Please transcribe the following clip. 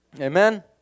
amen